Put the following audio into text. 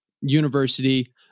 university